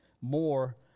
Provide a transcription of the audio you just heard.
more